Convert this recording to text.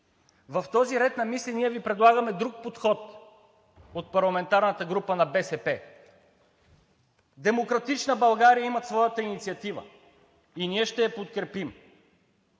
В този ред на мисли ние Ви предлагаме друг подход от парламентарната група на БСП. „Демократична България“ имат своята инициатива и ние ще я подкрепим.